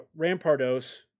Rampardos